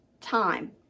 time